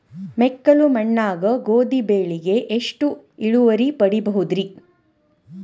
ಮೆಕ್ಕಲು ಮಣ್ಣಾಗ ಗೋಧಿ ಬೆಳಿಗೆ ಎಷ್ಟ ಇಳುವರಿ ಪಡಿಬಹುದ್ರಿ?